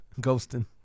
Ghosting